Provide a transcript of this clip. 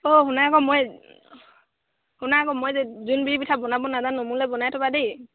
অঁ শুনা আকৌ মই শুনা আকৌ মই যে জোনবিৰি পিঠা বনাব নাজানো মোলে বনাই থ'বা দেই